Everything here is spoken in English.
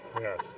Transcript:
yes